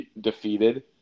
defeated